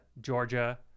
georgia